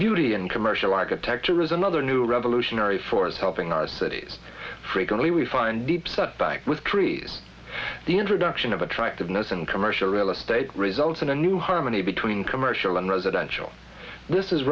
beauty and commercial architecture is another new revolutionary force helping our cities frequently we find deep set back with trees the introduction of attractiveness in commercial real estate results in a new harmony between commercial and residential